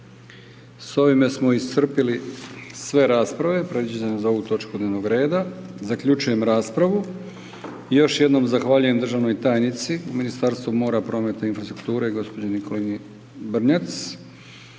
S ovime smo iscrpili sve rasprave predviđene za ovu točku dnevnog reda, zaključujem raspravu. I još jednom zahvaljujem državnoj tajnici u Ministarstvu mora, prometa i infrastrukture, gđi. Nikolini Brnjac